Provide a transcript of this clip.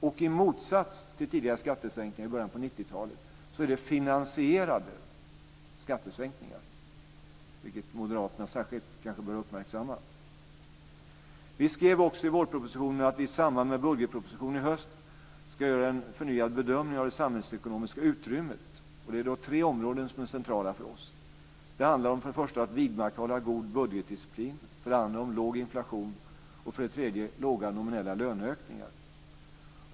Och i motsats till tidigare skattesänkningar i början av 90-talet är det finansierade skattesänkningar, vilket moderaterna särskilt kanske bör uppmärksamma. Vi skrev också i vårpropositionen att vi i samband med budgetpropositionen i höst ska göra en förnyad bedömning av det samhällsekonomiska utrymmet. Det är då tre områden som är centrala för oss. Det handlar för det första om att vidmakthålla god budgetdisciplin, för det andra om låg inflation och för det tredje om låga nominella löneökningar.